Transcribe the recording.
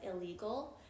illegal